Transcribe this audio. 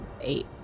eight